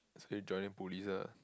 so you joining police ah